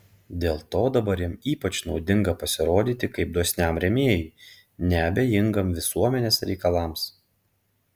dėl to dabar jam ypač naudinga pasirodyti kaip dosniam rėmėjui neabejingam visuomenės reikalams